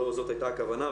לא זאת הייתה הכוונה,